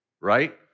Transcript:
right